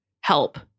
help